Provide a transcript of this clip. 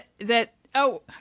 That—oh